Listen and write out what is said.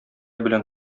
белән